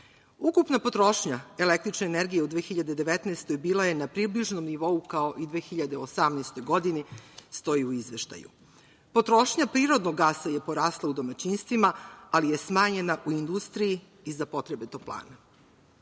Ukupna potrošnja električne energije u 2019. godini bila je na približnom nivou kao i u 2018. godini, stoji u izveštaju. Potrošnja prirodnog gasa je porasla u domaćinstvima ali je smanjena u industriji i za potrebe toplana. Šta